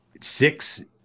six